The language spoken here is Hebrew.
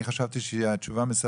אני חשבתי שהתשובה מספקת,